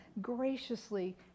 graciously